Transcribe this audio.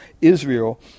Israel